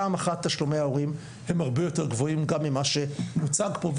פעם אחת תשלומי ההורים הם הרבה יותר גבוהים גם ממה שמוצג פה.